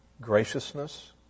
graciousness